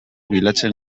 bilatzen